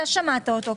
אתה שמעת אותו.